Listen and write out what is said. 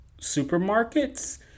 supermarkets